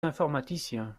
informaticiens